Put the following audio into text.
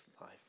life